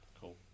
Cool